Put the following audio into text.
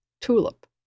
Tulip